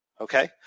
okay